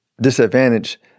disadvantage